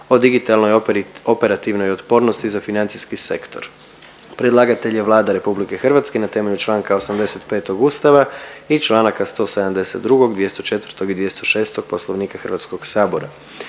o digitalnoj operativnoj otpornosti za financijski sektor. Predlagatelj je Vlada RH na temelju čl. 85. Ustava i članaka 172., 204. i 206. Poslovnika Hrvatskog sabora.